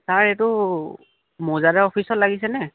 sir এইটো মৌজাদাৰ অফিচত লাগিছেনে